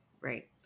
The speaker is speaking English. Right